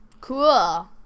cool